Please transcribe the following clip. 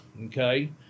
okay